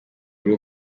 rwo